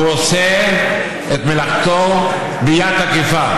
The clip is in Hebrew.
הוא עושה את מלאכתו ביד תקיפה.